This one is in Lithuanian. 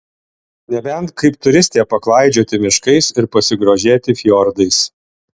nebent kaip turistė paklaidžioti miškais ir pasigrožėti fjordais